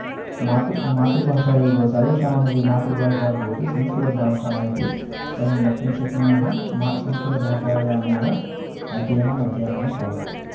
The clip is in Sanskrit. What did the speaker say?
मातृ मातृभाषैव सर्वेषामपि मातृभाषा भवति संस्कृतभाषा इति वयं वक्तुं शक्नुमः मा संस्कृतभाषायामेव अध्ययनम् अध्यापनं भवति